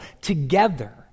together